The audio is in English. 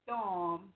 storm